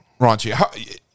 raunchy